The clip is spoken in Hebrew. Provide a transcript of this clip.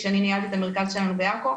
כשאני ניהלתי את המרכז שלנו בעכו,